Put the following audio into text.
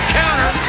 counter